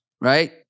right